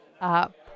up